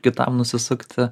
kitam nusisukti